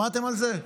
שמעתם על זה?